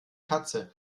katze